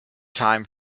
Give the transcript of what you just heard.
time